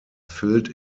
filled